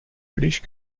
british